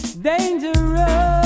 Dangerous